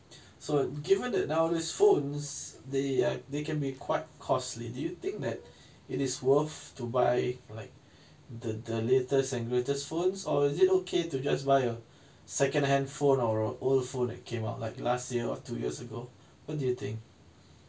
so given that nowadays phones they uh they can be quite costly do you think that it is worth to buy like the the latest and greatest phones or is it okay to just buy a second hand phone or old phone that came out like last year or two years ago what do you think